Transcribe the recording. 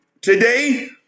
today